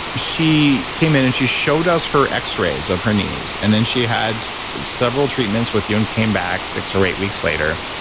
she came in and she showed us her x-rays of her knees, and then she had several treatments with you and came back six or eight weeks later,